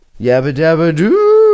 Yabba-dabba-doo